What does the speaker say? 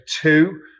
two